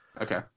Okay